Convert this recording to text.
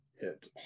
hit